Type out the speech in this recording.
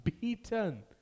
beaten